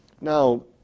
Now